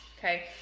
Okay